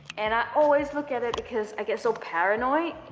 and i always look at it because i get so paranoid,